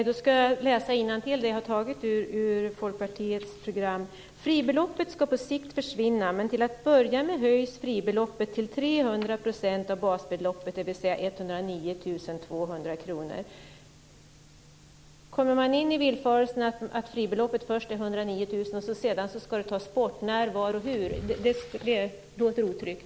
Fru talman! Jag ska läsa innantill ur Folkpartiets program: Fribeloppet ska på sikt försvinna, men till att börja med höjs fribeloppet till 300 % av basbeloppet, dvs. 109 200 kr. Är det en villfarelse att fribeloppet först är 109 000 och sedan ska tas bort? När, var och hur ska det ske? Det låter otryggt.